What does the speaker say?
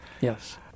Yes